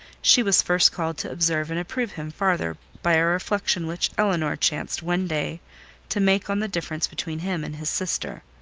she was first called to observe and approve him farther, by a reflection which elinor chanced one day to make on the difference between him and his sister.